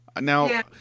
Now